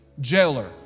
jailer